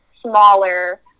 smaller